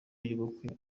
y’ubukwe